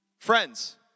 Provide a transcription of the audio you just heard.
Friends